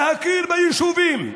להכיר ביישובים.